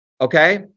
okay